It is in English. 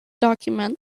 document